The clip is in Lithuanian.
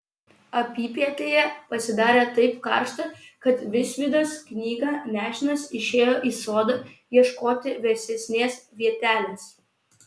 apypietėje pasidarė taip karšta kad visvydas knyga nešinas išėjo į sodą ieškoti vėsesnės vietelės